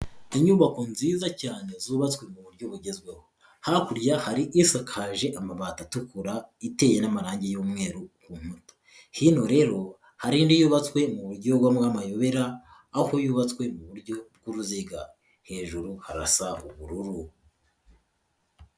Inyubako nziza cyane zubatswe mu buryo bugezweho, hakurya hari isakaje amabati atukura, iteye n'amarangi y'umweru ku nkuta, hino rero hari indi yubatswe mu buryo bw'amayobera, aho yubatswe mu buryo bw'uruziga hejuru harasa ubururu.